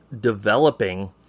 developing